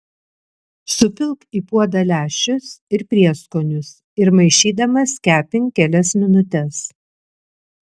supilk į puodą lęšius ir prieskonius ir maišydamas kepink kelias minutes